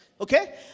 Okay